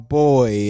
boy